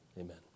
Amen